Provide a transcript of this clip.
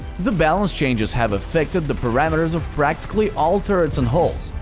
the balance changes have affected the parameters of practically all turrets and hulls.